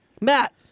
Matt